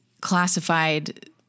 Classified